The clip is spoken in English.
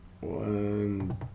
One